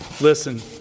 Listen